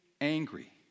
angry